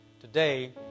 Today